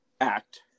act